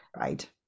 right